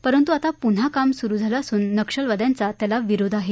परंतु आता पुन्हा काम सुरु झालं असून नक्षलवाद्यांचा त्याला विरोध आहे